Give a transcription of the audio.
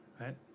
right